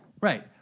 right